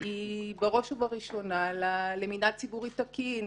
היא בראש ובראשונה למנהל ציבורי תקין,